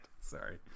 Sorry